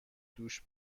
دوش